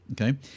okay